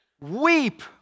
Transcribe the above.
Weep